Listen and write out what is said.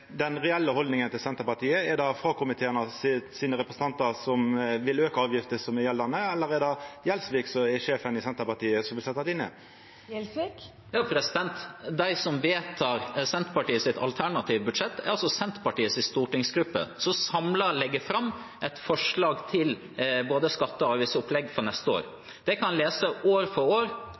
den reelle haldninga til Senterpartiet? Er det haldninga hos representantane i fagkomiteane, som vil auka avgiftene, som gjeld, eller er det Gjelsvik, som vil setja dei ned, som er sjefen i Senterpartiet? De som vedtar Senterpartiets alternative budsjett, er Senterpartiets stortingsgruppe, som samlet legger fram et forslag til både skatte- og avgiftsopplegg for neste år. Man kan lese at Senterpartiet år etter år